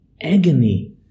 agony